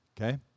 Okay